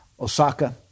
Osaka